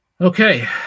Okay